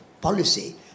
policy